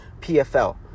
PFL